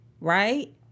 Right